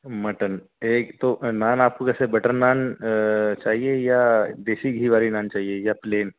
mutton ایک تو نان آپ کو کیسے بٹر نان چاہیے یا دیسی گھی والی نان چاہیے یا پلین